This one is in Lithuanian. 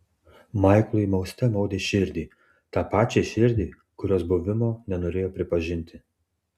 maiklui mauste maudė širdį tą pačią širdį kurios buvimo nenorėjo pripažinti